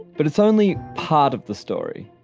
but it's only part of the story.